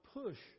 push